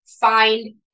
find